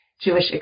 Jewish